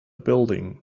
building